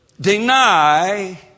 Deny